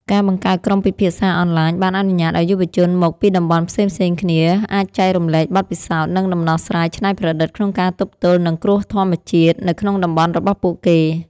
ការបង្កើតក្រុមពិភាក្សាអនឡាញ បានអនុញ្ញាតឱ្យយុវជនមកពីតំបន់ផ្សេងៗគ្នាអាចចែករំលែកបទពិសោធន៍ និងដំណោះស្រាយច្នៃប្រឌិតក្នុងការទប់ទល់នឹងគ្រោះធម្មជាតិនៅក្នុងតំបន់របស់ពួកគេ។